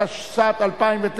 התשס"ט 2009,